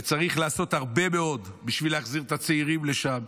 צריך לעשות הרבה מאוד בשביל להחזיר את הצעירים לשם,